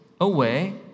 away